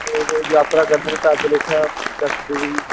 यात्रा करदे ना इत्थै वैष्णो देवी दी